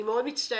אני מאוד מצטערת,